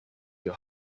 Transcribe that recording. your